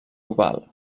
oval